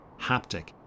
haptic